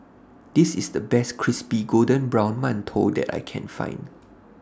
This IS The Best Crispy Golden Brown mantou that I Can Find